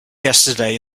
yesterday